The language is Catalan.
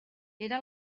era